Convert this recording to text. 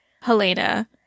Helena